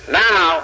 now